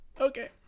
Okay